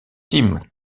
tim